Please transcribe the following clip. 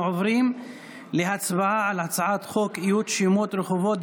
אנחנו עוברים להצבעה על הצעת חוק איות שמות רחובות,